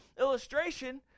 illustration